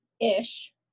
ish